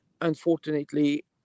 unfortunately